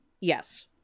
Yes